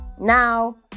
Now